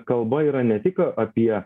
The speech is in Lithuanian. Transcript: kalba yra ne tik apie